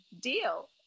deal